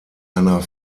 einer